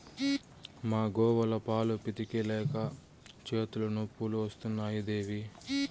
మా గోవుల పాలు పితిక లేక చేతులు నొప్పులు వస్తున్నాయి దేవీ